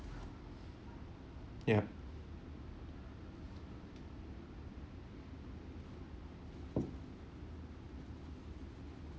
yup